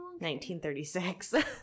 1936